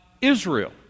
Israel